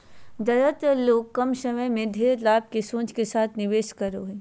ज्यादेतर लोग कम समय में ढेर लाभ के सोच के साथ निवेश करो हइ